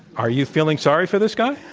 are you feeling sorry for this guy?